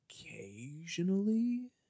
occasionally